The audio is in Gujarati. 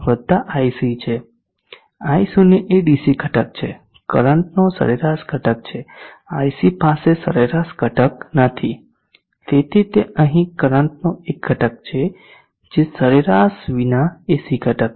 i0 એ ડીસી ઘટક છે કરંટનો સરેરાશ ઘટક છે iC પાસે સરેરાશ ઘટક નથી તેથી તે અહીં કરંટનો એક ઘટક છે જે સરેરાશ વિના એસી ઘટક છે